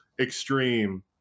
extreme